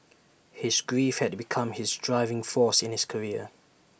his grief had become his driving force in his career